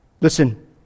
Listen